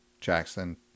Jackson